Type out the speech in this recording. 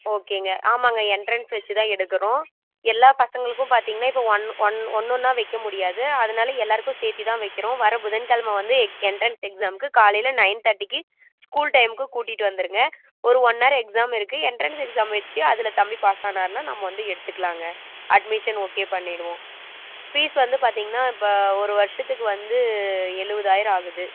ஓகேங்க ஆமாங்க எண்ட்ரன்ஸ் வச்சி தான் எடுக்கிறோம் எல்லா பசங்களுக்கும் பாத்தீங்கன்னா இப்போ ஒன் ஒன் ஒன்னொன்னாக வைக்கமுடியாது அதனால் எல்லாருக்கும் சேர்த்திதான் வைக்கிறோம் வர புதன் கிழம வந்து எண்ட்ரன்ஸ் எக்ஸாக்கு காலையில நைன் தர்ட்டிக்கு ஸ்கூல் டைம்க்கு கூட்டிகிட்டு வந்துருங்க ஒரு ஒன் ஹர் இருக்குங்க எண்ட்ரன்ஸ் எக்ஸாம் வச்சு அதில் தம்பி பாஸ் ஆனாரூன்னா நம்ம வந்து எடுத்துக்கலாங்க அட்மிஷன் ஓகே பண்ணிவிடுவோம் ஃபீஸ் வந்து பாத்தீங்கன்னா ஒரு வருஷத்துக்கு வந்து எழுபதாயிரம் ஆகுது